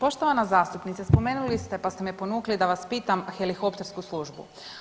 Poštovana zastupnice, spomenuli ste pa ste me ponukali da vas pitam helikoptersku službu.